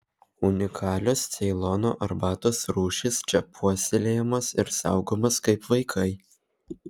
unikalios ceilono arbatos rūšys čia puoselėjamos ir saugomos kaip vaikai